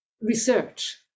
research